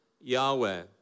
Yahweh